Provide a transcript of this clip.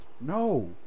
No